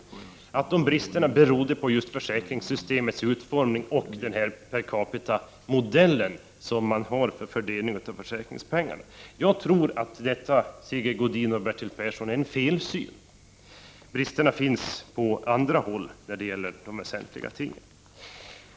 Men här låtsas man som om de väsentliga bristerna i svensk sjukvård beror på försäkringssystemets utformning och den per capita-modell som gäller vid fördelning av försäkringspeng arna. Jag tror, Sigge Godin och Bertil Persson, att det är en felsyn. Bristerna finns när det gäller väsentligheter på andra håll.